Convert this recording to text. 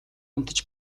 унтаж